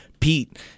Pete